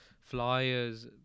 flyers